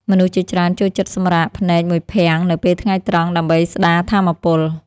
មនុស្សជាច្រើនចូលចិត្តសម្រាកភ្នែកមួយភាំងនៅពេលថ្ងៃត្រង់ ដើម្បីស្តារថាមពល។